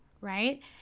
right